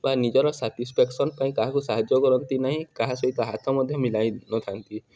ବା ନିଜର ସାଟିସଫ୍ୟାକ୍ସନ ପାଇଁ କାହାକୁ ସାହାଯ୍ୟ କରନ୍ତି ନାହିଁ କାହା ସହିତ ହାତ ମଧ୍ୟ ମିଲାଇନଥାନ୍ତି